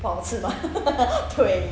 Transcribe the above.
不好吃吗 对